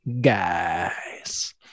Guys